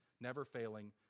never-failing